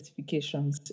certifications